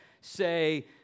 say